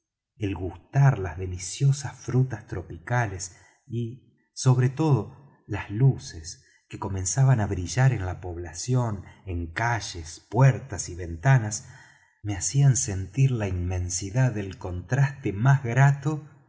el gustar las deliciosas frutas tropicales y sobre todo las luces que comenzaban á brillar en la población en calles puertas y ventanas me hacían sentir la inmensidad del contraste más grato